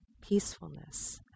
peacefulness